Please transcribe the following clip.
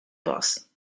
boss